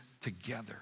together